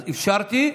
אז אפשרתי,